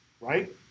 Right